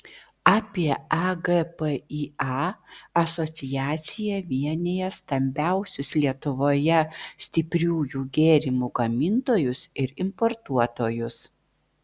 apie agpįa asociacija vienija stambiausius lietuvoje stipriųjų gėrimų gamintojus ir importuotojus